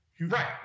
Right